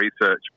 research